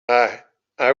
i—i